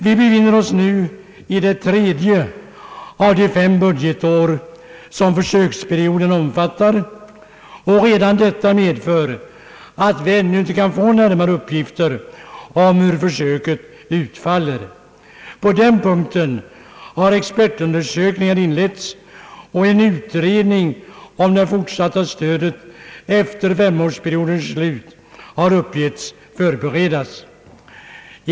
Vi befinner oss nu i det tredje av de fem budgetår som försöksperioden omfattar. Redan detta förhållande medför att vi inte kan få närmare uppgifter om hur försöket kommer att utfalla. På den punkten har expertundersökningar inletts, och en utredning om det fortsatta stödet efter femårsperiodens slut förbereds efter vad som har uppgetts.